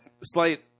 slight